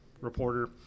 reporter